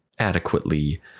adequately